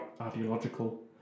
ideological